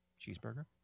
Cheeseburger